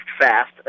fast